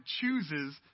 chooses